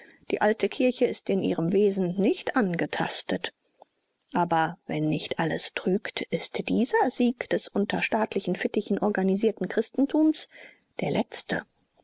die alte kirche ist in ihrem wesen nicht angetastet aber wenn nicht alles trügt ist dieser sieg des unter staatlichen fittichen organisierten christentums der letzte